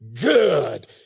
Good